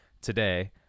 Today